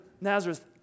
Nazareth